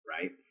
Right